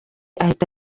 ahita